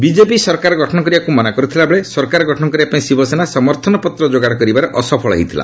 BJP ସରକାର ଗଠନ କରିବାକୃ ମନା କରିଥିବାବେଳେ ସରକାର ଗଠନ କରିବା ପାଇଁ ଶିବସେନା ସମର୍ଥନପତ୍ର ଯୋଗାଡ଼ କରିବାରେ ଅସଫଳ ହୋଇଥିଲା